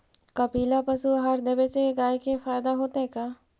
कपिला पशु आहार देवे से गाय के फायदा होतै का?